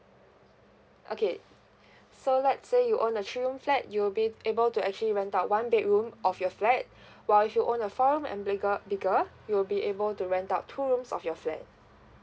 okay so let's say you own a three room flat you'll be able to actually rent out one bedroom of your flat while if you own a four room and bigger bigger you'll be able to rent out two rooms of your flat